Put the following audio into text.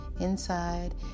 inside